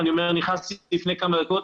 נכנסתי לפני כמה דקות,